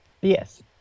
Yes